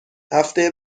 هفته